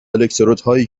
الکترودهایی